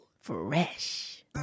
Fresh